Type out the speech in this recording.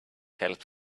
helps